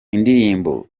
indirimbo